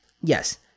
Yes